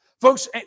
Folks